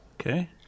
Okay